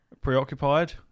Preoccupied